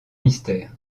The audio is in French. mystère